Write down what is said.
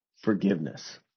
forgiveness